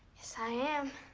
yes, i am.